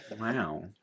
Wow